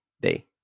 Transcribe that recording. day